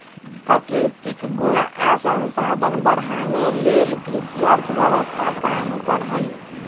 प्राकृतिक गुण आ संसाधन बढ़ाने लेल कृषि अर्थव्यवस्था काम करहइ